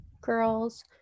girls